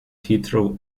heathrow